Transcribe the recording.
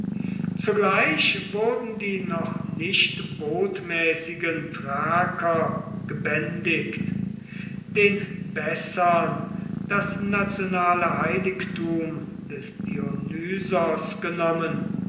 zugleich wurden die noch nicht botmäßigen thraker gebändigt den bessern das nationale heiligtum des dionysos genommen